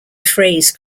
phrase